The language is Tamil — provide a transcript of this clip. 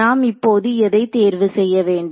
நாம் இப்போது எதை தேர்வு செய்யவேண்டும்